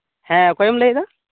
ᱦᱮᱸ ᱚᱠᱚᱭᱮᱢ ᱞᱟᱹᱭ ᱮᱫᱟ